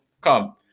Come